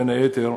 בין היתר,